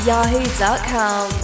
Yahoo.com